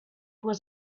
was